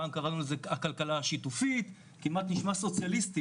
פעם קראנו לזה הכלכלה השיתופית כמעט נשמע סוציאליסטי